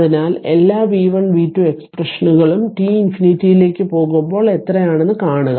അതിനാൽ എല്ലാ v1 v2 എക്സ്പ്രഷനുകളും t ഇൻഫിനിറ്റിയിലേക്ക് പോകുമ്പോൾ എത്രയെന്നു കാണുക